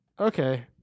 Okay